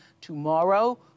tomorrow